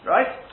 Right